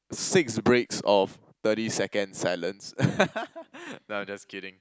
six breaks of thirty seconds silence no lah just kidding